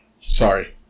Sorry